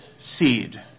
seed